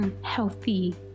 Healthy